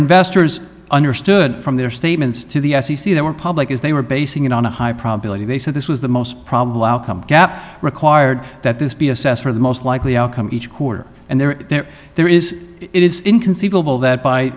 investors understood from their statements to the f c c they were public as they were basing it on a high probability they said this was the most probable outcome gap required that this be assessed for the most likely outcome of each quarter and they're there there is it is inconceivable that by